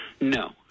No